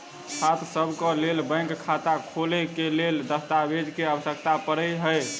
छात्रसभ केँ लेल बैंक खाता खोले केँ लेल केँ दस्तावेज केँ आवश्यकता पड़े हय?